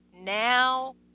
Now